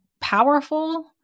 powerful